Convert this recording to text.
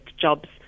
jobs